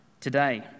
today